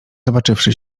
zobaczywszy